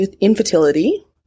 infertility